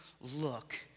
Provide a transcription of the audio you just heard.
look